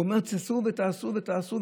הוא אומר: תצאו ותעשו ותעשו,